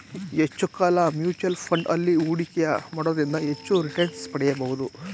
ಹೆಚ್ಚು ಕಾಲ mutual fund ಅಲ್ಲಿ ಹೂಡಿಕೆಯ ಮಾಡೋದ್ರಿಂದ ಹೆಚ್ಚು ರಿಟನ್ಸ್ ಪಡಿಬೋದು